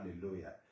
hallelujah